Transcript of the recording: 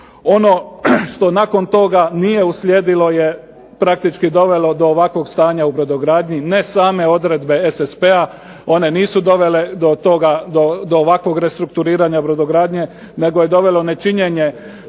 Ono što nakon toga nije uslijedilo je praktički dovelo do ovakvog stanja u brodogradnji, ne same odredbe SSP-a one nisu dovele do ovakvog restrukturiranja brodogradnje, nego je dovelo nečinjenje